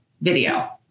video